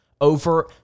over